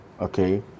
okay